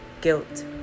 guilt